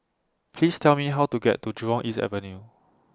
Please Tell Me How to get to Jurong East Avenue